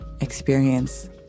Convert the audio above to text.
experience